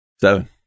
seven